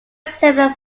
similar